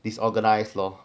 disorganise lor